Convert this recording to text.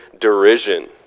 derision